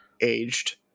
aged